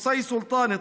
קוסאי סולטאן,